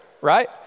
right